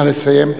נא לסיים.